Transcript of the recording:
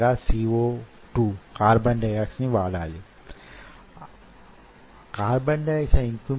ఎలుకలో చుంచులో యేమని పిలుస్తారో మీ ఇష్టం